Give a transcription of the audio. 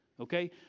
Okay